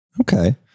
Okay